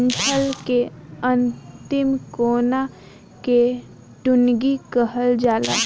डंठल के अंतिम कोना के टुनगी कहल जाला